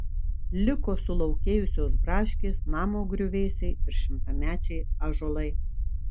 liko sulaukėjusios braškės namo griuvėsiai ir šimtamečiai ąžuolai